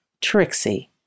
Trixie